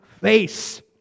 face